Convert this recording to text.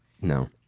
no